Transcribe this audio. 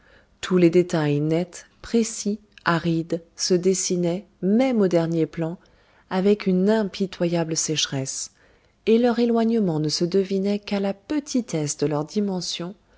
tous les détails nets précis arides se dessinaient même aux derniers plans avec une impitoyable sécheresse et leur éloignement ne se devinait qu'à la petitesse de leur dimension